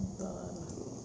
entah lah